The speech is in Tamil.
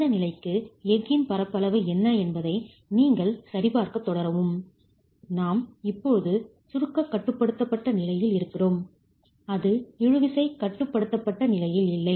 இந்த நிலைக்கு எஃகின் பரப்பளவு என்ன என்பதை நீங்கள் சரிபார்க்க தொடரவும் நாம்இப்போது சுருக்கக் கட்டுப்படுத்தப்பட்ட நிலையில் இருக்கிறோம் அது இழு விசைகட்டுப்படுத்தப்பட்ட நிலையில் இல்லை